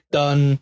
done